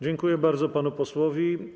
Dziękuję bardzo panu posłowi.